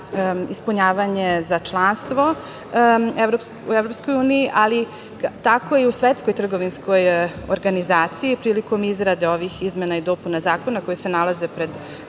ispunjavanje za članstvo u EU, ali tako i u Svetskoj trgovinskoj organizaciji prilikom izrade ovih izmena i dopuna zakona koji se nalaze pred